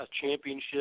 championship